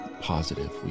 positive